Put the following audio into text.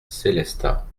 sélestat